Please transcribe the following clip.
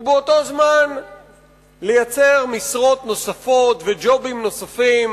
ובאותו הזמן לייצר משרות נוספות וג'ובים נוספים